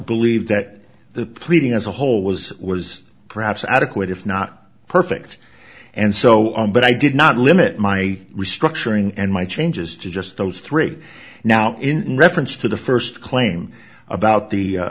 believed that the pleading as a whole was was perhaps adequate if not perfect and so on but i did not limit my restructuring and my changes to just those three now in reference to the first claim about